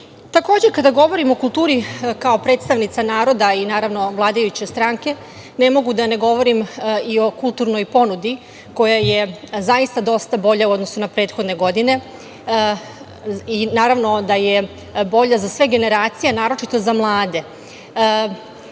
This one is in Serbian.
gradilo. Takođe, kada govorimo o kulturi kao predstavnica naroda i naravno vladajuće stranke ne mogu da ne govorim i o kulturnoj ponudi koja je zaista dosta bolja u odnosu na prethodne godine i naravno da je bolja za sve generacije, naročito za mlade.